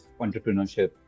entrepreneurship